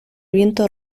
viento